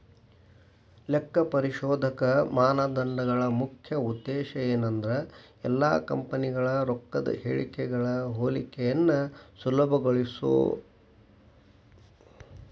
ಲೆಕ್ಕಪರಿಶೋಧಕ ಮಾನದಂಡಗಳ ಮುಖ್ಯ ಉದ್ದೇಶ ಏನಂದ್ರ ಎಲ್ಲಾ ಕಂಪನಿಗಳ ರೊಕ್ಕದ್ ಹೇಳಿಕೆಗಳ ಹೋಲಿಕೆಯನ್ನ ಸುಲಭಗೊಳಿಸೊದು